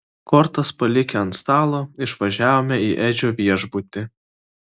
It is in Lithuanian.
kortas palikę ant stalo išvažiavome į edžio viešbutį